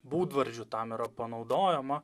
būdvardžių tam yra panaudojama